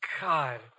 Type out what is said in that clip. God